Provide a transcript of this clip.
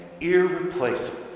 irreplaceable